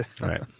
Right